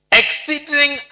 exceeding